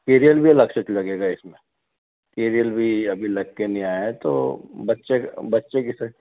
carrier भी अलग से लगेगा इसमें केरीयल भी अभी लग के नहीं आया है तो बच्चे बच्चे किसे